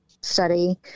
study